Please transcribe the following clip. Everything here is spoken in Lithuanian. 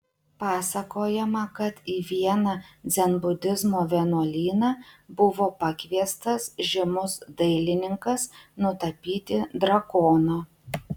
pasakojama kad į vieną dzenbudizmo vienuolyną buvo pakviestas žymus dailininkas nutapyti drakono